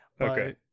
okay